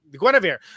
Guinevere